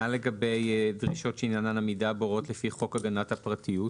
מה לגבי דרישות שעניינן עמידה בהוראות לפי חוק הגנת הפרטיות?